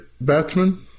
batsman